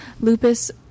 lupus